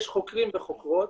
יש חוקרים וחוקרות.